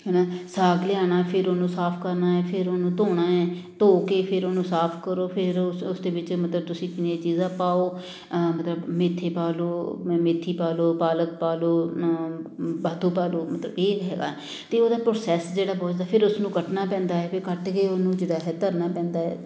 ਹੈ ਨਾ ਸਾਗ ਲਿਆਉਣਾ ਫਿਰ ਉਹਨੂੰ ਸਾਫ਼ ਕਰਨਾ ਹੈ ਫਿਰ ਉਹਨੂੰ ਧੋਣਾ ਹੈ ਧੋ ਕੇ ਫਿਰ ਉਹਨੂੰ ਸਾਫ਼ ਕਰੋ ਫਿਰ ਉਸ ਉਸਦੇ ਵਿੱਚ ਮਤਲਬ ਤੁਸੀਂ ਕਿੰਨੀਆਂ ਚੀਜ਼ਾਂ ਪਾਓ ਮਤਲਬ ਮੇਥੇ ਪਾ ਲਓ ਮੈਂ ਮੇਥੀ ਪਾ ਲਓ ਪਾਲਕ ਪਾ ਲਓ ਬਾਥੂ ਪਾ ਲਓ ਮਤਲਬ ਇਹ ਹੈਗਾ ਅਤੇ ਉਹਦਾ ਪ੍ਰੋਸੈਸ ਜਿਹੜਾ ਕੁਝ ਦਾ ਫਿਰ ਉਸਨੂੰ ਕੱਟਣਾ ਪੈਂਦਾ ਹੈ ਫਿਰ ਕੱਟ ਕੇ ਉਹਨੂੰ ਜਿਹੜਾ ਹੈ ਧਰਨਾ ਪੈਂਦਾ ਹੈ